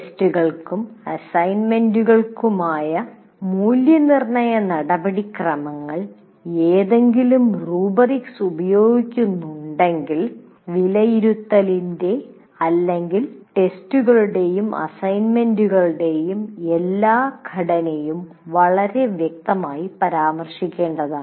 ടെസ്റ്റുകൾക്കും അസൈൻമെന്റുകൾക്കുമായുള്ള മൂല്യനിർണ്ണയ നടപടിക്രമങ്ങൾ ഏതെങ്കിലും റുബ്രിക്സ് ഉപയോഗിക്കുന്നുണ്ടെങ്കിൽ വിലയിരുത്തലിന്റെ അല്ലെങ്കിൽ ടെസ്റ്റുകളുടെയും അസൈൻമെന്റുകളുടെയും എല്ലാ ഘടനയും വളരെ വ്യക്തമായി പരാമർശിക്കേണ്ടതാണ്